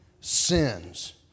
sins